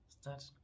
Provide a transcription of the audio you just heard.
start